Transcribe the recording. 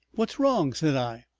what's wrong? said i.